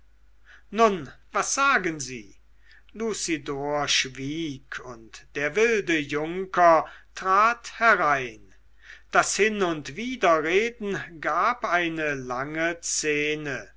nun was sagen sie lucidor schwieg und der wilde junker trat herein das hin und widerreden gab eine lange szene